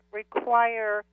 require